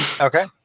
Okay